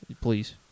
Please